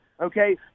okay